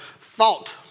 thought